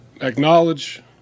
acknowledge